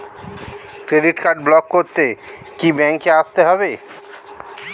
Credit card block করতে কি ব্যাংকে আসতে হবে?